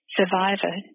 survivor